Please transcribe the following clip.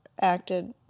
acted